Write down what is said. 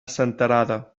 senterada